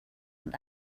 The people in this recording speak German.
und